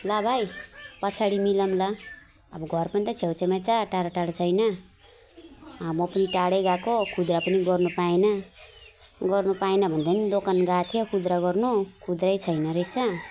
ल भाइ पछाडि मिलाउँला अब घर पनि त छेउ छाउमा छ टाडो टाडो छैन म पनि टाडै गएको खुद्रा पनि गर्नु पाएन गर्नु पाएन भन्दा पनि दोकान गएको थिएँ खुद्रा गर्नु खुद्रै छैन रहेछ